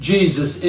Jesus